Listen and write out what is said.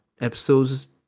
episodes